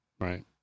right